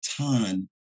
ton